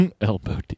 Elbow